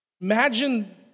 Imagine